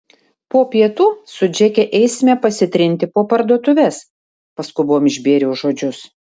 po pietų su džeke eisime pasitrinti po parduotuves paskubom išbėriau žodžius